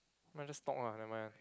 mind just talk lah nevermind